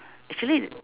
actually